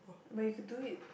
but you could do it